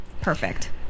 perfect